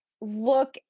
look